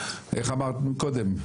איך אמרת מקודם?